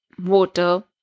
water